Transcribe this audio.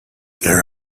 there